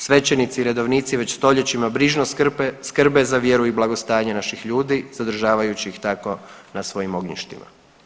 Svećenici i redovnici već stoljećima brižno skrpe, skrbe za vjeru i blagostanje naših ljudi zadržavajući ih tako na svojim ognjištima.